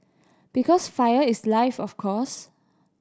because fire is life of course